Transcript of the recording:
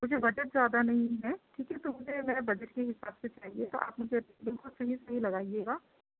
مجھے بجٹ زیادہ نہیں ہے ٹھیک ہے تو مجھے ذرا بجٹ کے حساب سے بتائیے گا آپ مجھے بالکل صحیح صحیح لگائیے گا